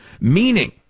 Meaning